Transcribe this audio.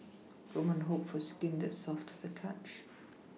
woman hope for skin that is soft to the touch